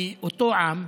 כי אותו עם,